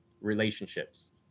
relationships